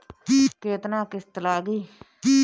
केतना किस्त लागी?